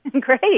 Great